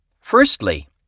Firstly